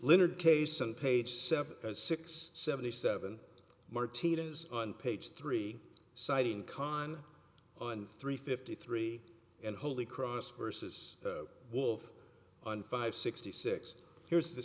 leonard case on page seventy six seventy seven martinez on page three citing con on three fifty three and holy cross versus wolf on five sixty six here's the